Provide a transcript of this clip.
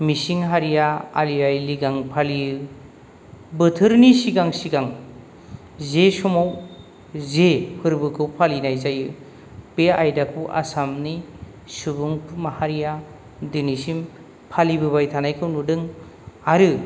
मिसिं हारिया आलि आइ लिगां फालियो बोथोरनि सिगां सिगां जे समाव जे फोरबोखौ फालिनाय जायो बे आयदाखौ आसामनि सुबुं माहारिया दिनैसिम फालिबोबाय थानायखौ नुदों आरो